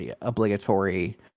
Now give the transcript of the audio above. obligatory